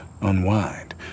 unwind